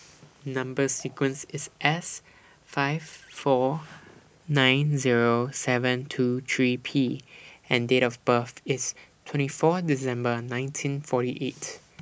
Number sequence IS S five four nine Zero seven two three P and Date of birth IS twenty four December nineteen forty eight